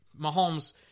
Mahomes